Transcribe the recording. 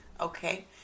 Okay